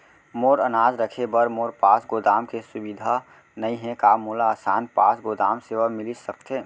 मोर अनाज रखे बर मोर पास गोदाम के सुविधा नई हे का मोला आसान पास गोदाम सेवा मिलिस सकथे?